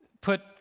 put